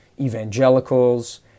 evangelicals